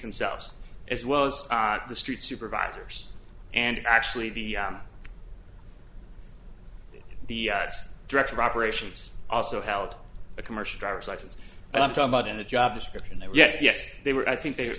themselves as well as the street supervisors and actually the the director operations also held a commercial driver's license and i'm talking about in the job description they were yes yes they were i think they